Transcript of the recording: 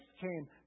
came